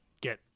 get